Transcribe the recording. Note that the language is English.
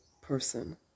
person